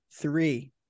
three